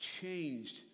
changed